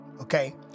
Okay